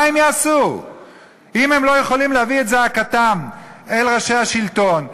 מה הם יעשו אם הם לא יכולים להביא את זעקתם אל ראשי השלטון,